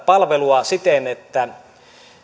palvelua siten että